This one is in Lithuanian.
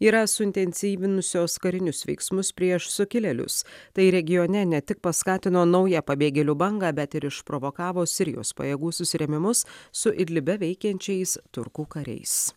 yra suintensyvinusios karinius veiksmus prieš sukilėlius tai regione ne tik paskatino naują pabėgėlių bangą bet ir išprovokavo sirijos pajėgų susirėmimus su idlibe veikiančiais turkų kariais